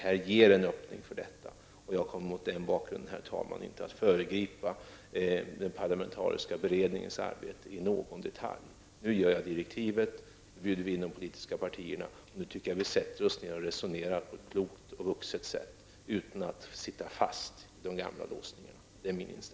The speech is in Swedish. Här ges en öppning för detta, och jag kommer mot den bakgrunden, herr talman, inte att föregripa den parlamentariska beredningens arbete i någon enda detalj. Jag skall nu utarbeta direktiven och bjuda in de politiska partierna. Min inställning är den att vi skall sätta oss ned och resonera på ett klokt och vuxet sätt, utan att sitta fast i de gamla låsningarna.